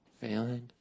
failing